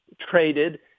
traded